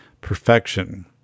perfection